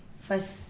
first